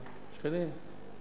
אשקלון, שכנים.